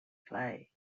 play